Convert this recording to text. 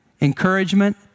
encouragement